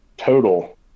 total